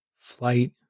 flight